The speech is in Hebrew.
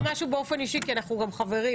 באופן אישי כי אנחנו גם חברים,